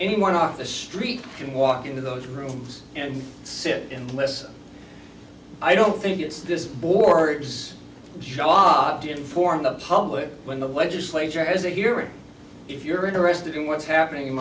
anyone off the street can walk into those rooms and sit and listen i don't think it's this board's shock to inform the public when the legislature has a hearing if you're interested in what's happening